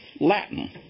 Latin